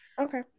Okay